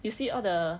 you see all the